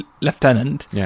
Lieutenant